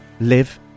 live